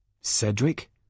Cedric